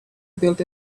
built